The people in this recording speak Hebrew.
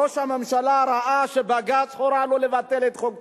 ראש הממשלה ראה שבג"ץ הורה לו לבטל את חוק טל,